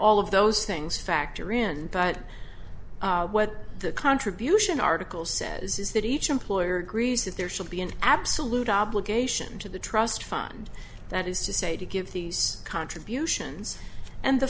all of those things factor in but what the contribution article says is that each employer agrees that there should be an absolute obligation to the trust fund that is to say to give these contributions and the